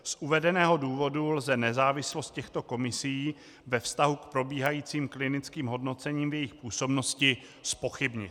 Z uvedeného důvodu lze nezávislost těchto komisí ve vztahu k probíhajícím klinickým hodnocením v jejich působnosti zpochybnit.